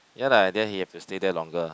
ya lah and then he have to stay there longer